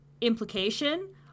implication